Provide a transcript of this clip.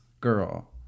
girl